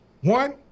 One